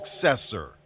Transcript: successor